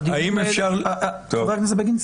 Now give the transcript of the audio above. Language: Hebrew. חבר הכנסת בגין,